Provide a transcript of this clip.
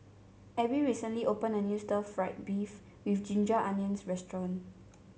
Abbey recently opened a new Stir Fried Beef with Ginger Onions restaurant